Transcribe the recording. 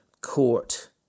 court